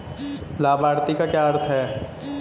लाभार्थी का क्या अर्थ है?